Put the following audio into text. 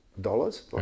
Dollars